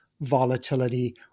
volatility